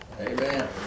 Amen